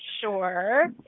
sure